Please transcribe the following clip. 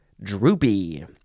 droopy